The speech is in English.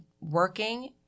working